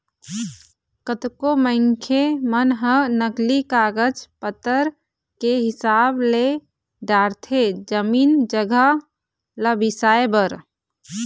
कतको मनखे मन ह नकली कागज पतर के हिसाब ले डरथे जमीन जघा ल बिसाए बर